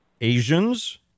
Asians